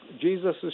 Jesus